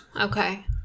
Okay